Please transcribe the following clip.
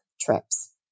trips